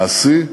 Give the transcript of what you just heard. מעשי,